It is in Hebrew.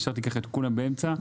השארתי את כולם באמצע.